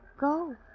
Go